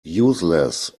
useless